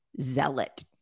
zealot